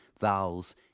vowels